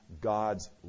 God's